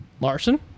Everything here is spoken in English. Larson